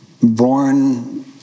Born